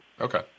Okay